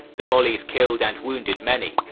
the volleys killed and wounded many,